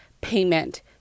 payment